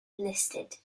listed